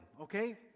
Okay